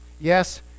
Yes